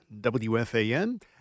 WFAN